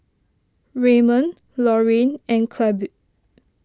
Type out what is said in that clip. Raymond Loreen and Clabe